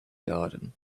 garden